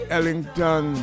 Ellington